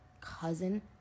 cousin